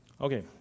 Okay